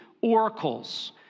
oracles